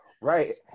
right